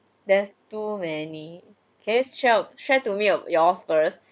there's too many can you share share to me yours first